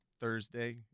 Thursday